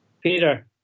Peter